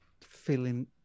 filling